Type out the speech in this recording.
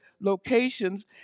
locations